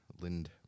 Lind